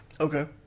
Okay